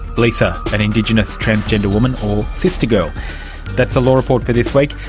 lisa, an indigenous transgender woman or sistergirl. that's the law report for this week.